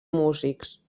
músics